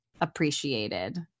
appreciated